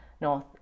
North